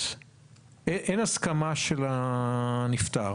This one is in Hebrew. כי אנחנו חושבים שהכיוון הנכון הוא להסדיר את הדברים